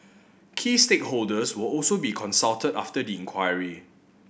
key stakeholders will also be consulted after the inquiry